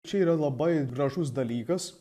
čia yra labai gražus dalykas